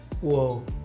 Whoa